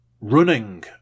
Running